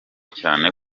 cyane